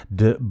de